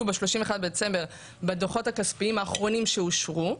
ב-31 בדצמבר בדו"חות הכספיים האחרונים שאושרו,